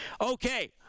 Okay